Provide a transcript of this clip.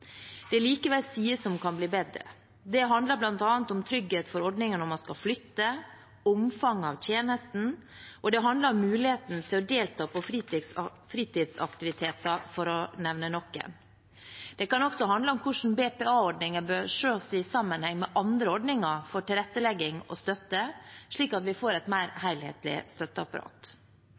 Det er likevel sider som kan bli bedre. Det handler bl.a. om trygghet for ordningen når man skal flytte, omfanget av tjenesten, og det handler om muligheten til å delta på fritidsaktiviteter – for å nevne noe. Det kan også handle om hvordan BPA-ordningen bør ses i sammenheng med andre ordninger for tilrettelegging og støtte, slik at vi får et mer helhetlig støtteapparat.